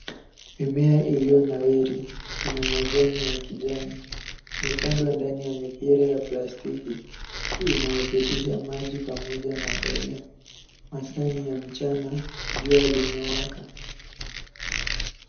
Mimea iliyonawiri, ina majani ya kijani, imepandwa ndani ya mipira ya plastiki inayopitisha maji pamoja na mbolea. Masaa ni ya mchana, jua limewaka.